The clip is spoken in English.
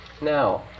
Now